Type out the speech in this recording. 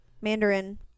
mandarin